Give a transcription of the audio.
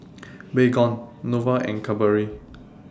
Baygon Nova and Cadbury